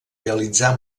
realitzar